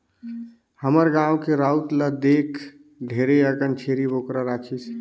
हमर गाँव के राउत ल देख ढेरे अकन छेरी बोकरा राखिसे